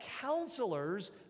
counselors